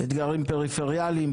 אתגרים פריפריאליים,